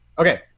Okay